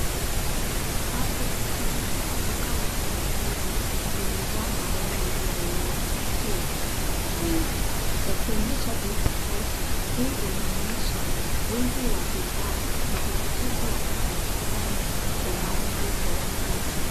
Rafu kubwa katika duka la rejareja zimejaa mayai yaliyo pakiwa kwa wingi yakionyesha bei tofauti. Hii inaonyesha wingi wa bidhaa na urahisi wa kupatikana kwa mayai kwa wateja.